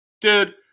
dude